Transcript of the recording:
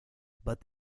but